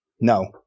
No